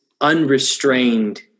unrestrained